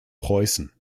preußen